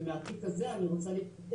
ומהתיק הזה אני רוצה להתפתח.